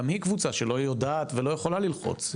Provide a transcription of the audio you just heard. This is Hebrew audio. גם היא קבוצה שלא יודעת ולא יכולה ללחוץ.